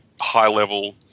high-level